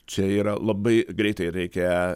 čia yra labai greitai reikia